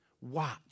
Watch